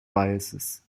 biases